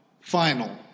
final